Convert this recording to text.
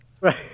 Right